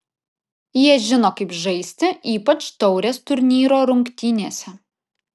jie žino kaip žaisti ypač taurės turnyro rungtynėse